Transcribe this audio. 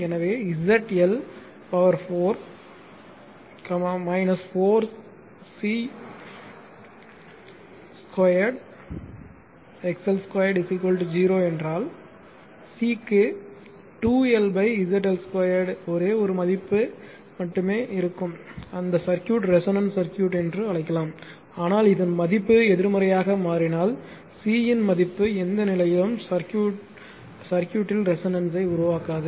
எனவே ZL power 4 4 C 2 XL 2 0 என்றால் Cக்கு 2LZL 2 ஒரே ஒரு மதிப்பை மட்டுமே கொண்டிருக்கும் அந்த சர்க்யூட் 'ரெசோனன்ஸ் சர்க்யூட்' என்று அழைக்கலாம் ஆனால் இதன் மதிப்பு எதிர்மறையாக மாறினால் C இன் மதிப்பு எந்த நிலையிலும் சர்க்யூட்ல் ரெசோனன்ஸ் உருவாக்காது